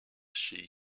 she